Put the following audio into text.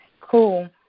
Cool